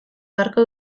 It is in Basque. beharko